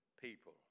people